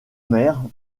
mère